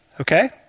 Okay